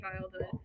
childhood